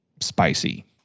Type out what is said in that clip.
spicy